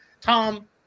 Tom